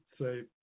say